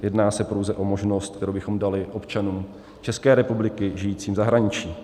Jedná se pouze o možnost, kterou bychom dali občanům České republiky žijícím v zahraničí.